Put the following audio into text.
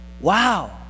wow